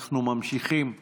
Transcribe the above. אנחנו ממשיכים בסדר-היום.